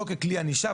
לא ככלי ענישה,